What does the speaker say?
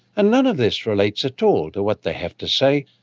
and none of this relates at all to what they have to say.